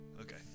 okay